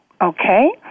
okay